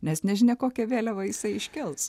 nes nežinia kokią vėliavą jisai iškels